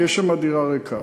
כי יש שם דירה ריקה.